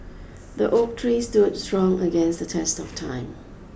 the oak tree stood strong against the test of time